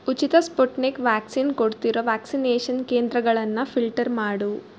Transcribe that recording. ಉಚಿತ Sputnik vaccine ಕೊಡ್ತಿರೋ vaccination ಕೇಂದ್ರಗಳನ್ನು ಫಿಲ್ಟರ್ ಮಾಡು